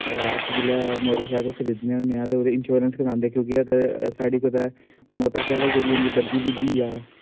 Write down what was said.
अस जेल्लै मोटरसैकल खरीदने होन्ने आं ते ओह्दा इंश्योरेंस कराने होन्ने कि क्योंकि ओह्दी कुदै मोटरसैकल होंदी जेह्ड़ी बज्जी जा